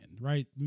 Right